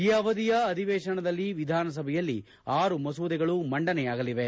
ಈ ಅವಧಿಯ ಅಧಿವೇಶನದಲ್ಲಿ ವಿಧಾನಸಭೆಯಲ್ಲಿ ಆರು ಮಸೂದೆಗಳು ಮಂಡನೆಯಾಗಲಿವೆ